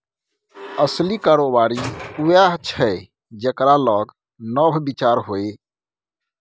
असली कारोबारी उएह छै जेकरा लग नब विचार होए